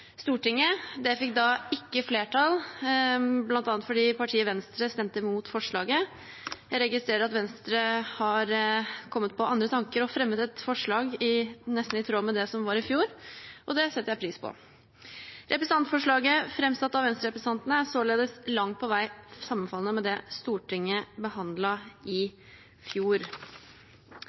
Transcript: Stortinget. Det fikk da ikke flertall, bl.a. fordi partiet Venstre stemte mot forslaget. Jeg registrerer at Venstre har kommet på andre tanker og fremmet et forslag nesten i tråd med det som var i fjor, og det setter jeg pris på. Representantforslaget framsatt av Venstre-representantene er således langt på vei sammenfallende med det Stortinget behandlet i fjor.